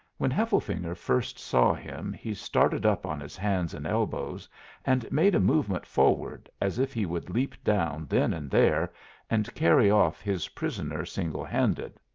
when hefflefinger first saw him he started up on his hands and elbows and made a movement forward as if he would leap down then and there and carry off his prisoner single-handed.